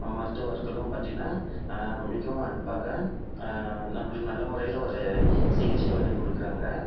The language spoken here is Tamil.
மருத்துவர்களும் பார்த்தினா மிகவும் அன்பாக நம்மளுக்கு நல்ல முறையில் ஒரு சிகிச்சையும் வந்து கொடுக்குறாங்க